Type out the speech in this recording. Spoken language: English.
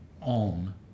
on